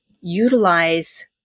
utilize